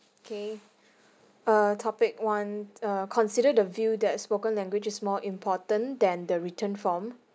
okay uh topic one err consider the view that spoken language is more important than the written form